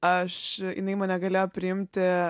aš jinai mane galėjo priimti